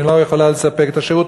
אני לא יכולה לספק את השירות,